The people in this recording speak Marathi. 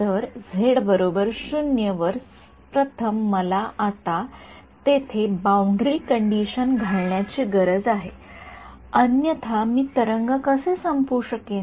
तर झेड 0 सर्व प्रथम मला आता येथे बाउंडरी कंडिशन घालण्याची गरज आहे अन्यथा मी तरंग कसे संपवू शकेन